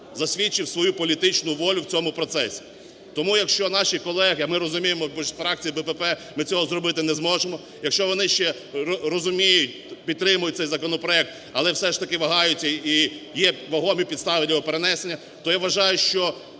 засвідчив свою політичну волю в цьому процесі. Тому, якщо наші колеги, а, ми розуміємо, без фракції БПП ми цього зробити не зможемо, якщо вони ще розуміють, підтримують цей законопроект, але все ж таки вагаються, і є вагомі підстави для його перенесення, то я вважаю, що